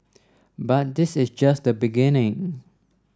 but this is just the beginning